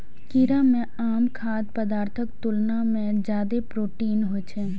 कीड़ा मे आम खाद्य पदार्थक तुलना मे जादे प्रोटीन होइ छै